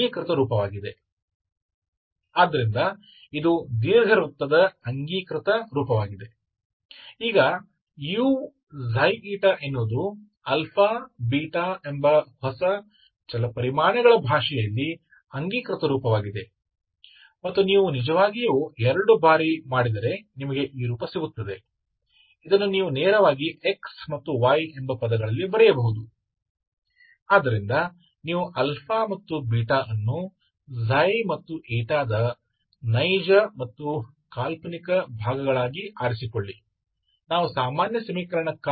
तो आप ξ और η के वास्तविक और काल्पनिक भागों के रूप में एक αβ को चुनते हैं इसलिए दो चरणों को नहीं बनाया है जैसे हमने सामान्य समीकरण के लिए किया है